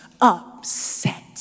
upset